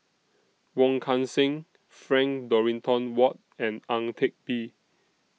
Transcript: Wong Kan Seng Frank Dorrington Ward and Ang Teck Bee